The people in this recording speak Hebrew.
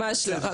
ממש לא.